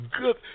good